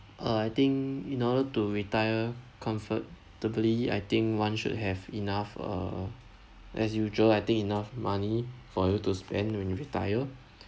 uh I think in order to retire comfortably I think one should have enough uh as usual I think enough money for you to spend when you retire